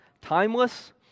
timeless